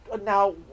Now